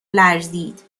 لرزید